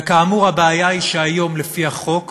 וכאמור, הבעיה היא שהיום לפי החוק